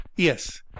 yes